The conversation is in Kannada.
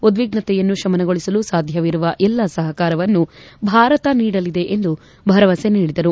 ಉದ್ವಿಗ್ನತೆಯನ್ನು ಶಮನಗೊಳಿಸಲು ಸಾಧ್ಯವಿರುವ ಎಲ್ಲ ಸಹಕಾರವನ್ನು ಭಾರತ ನೀಡಲಿದೆ ಎಂದು ಭರವಸೆ ನೀಡಿದರು